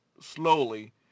slowly